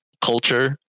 culture